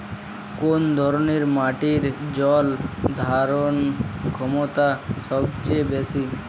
কোন ধরণের মাটির জল ধারণ ক্ষমতা সবচেয়ে বেশি?